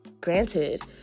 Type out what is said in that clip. granted